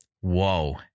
whoa